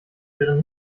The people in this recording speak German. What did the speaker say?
wäre